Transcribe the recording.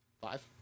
Five